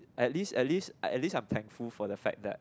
at least at least at least I'm thankful for the fact that